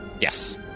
Yes